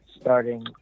Starting